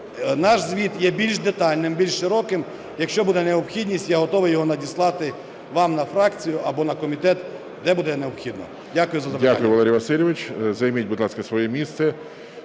Наш звіт є більш детальним, більш широким. Якщо буде необхідність, я готовий його надіслати вам на фракцію або на комітет, де буде необхідно. Дякую за запитання. ГОЛОВУЮЧИЙ. Дякую, Валерій Васильович. Займіть, будь ласка, своє місце.